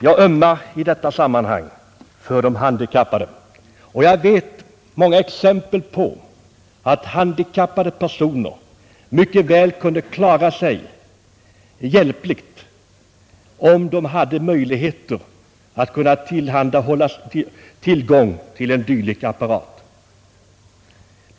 Jag ömmar för de handikappades behov i detta sammanhang, och jag vet att många handikappade personer mycket väl kunde klara sig hjälpligt, om de hade möjligheter att få tillgång till en dylik apparat.